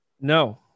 no